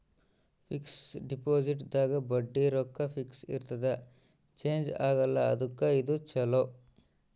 fix deposit ದಾಗ ಬಡ್ಡಿ ರೊಕ್ಕ ಫಿಕ್ಸ್ ಇರ್ತದ ಚೇಂಜ್ ಆಗಲ್ಲ ಅದುಕ್ಕ ಇದು ಚೊಲೊ